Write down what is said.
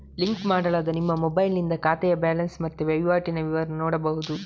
link ಮಾಡಲಾದ ನಿಮ್ಮ ಮೊಬೈಲಿನಿಂದ ಖಾತೆಯ ಬ್ಯಾಲೆನ್ಸ್ ಮತ್ತೆ ವೈವಾಟಿನ ವಿವರ ನೋಡ್ಬಹುದು